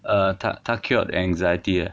ah 他他 cured anxiety leh